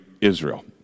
Israel